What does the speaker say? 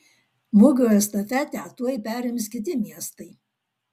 mugių estafetę tuoj perims kiti miestai